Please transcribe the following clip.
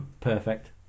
perfect